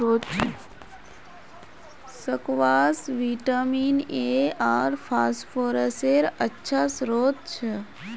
squash vitamin A आर फस्फोरसेर अच्छा श्रोत छ